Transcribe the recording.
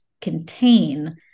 contain